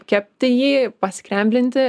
kepti jį paskremblinti